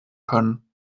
können